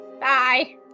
Bye